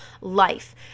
life